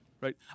right